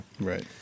Right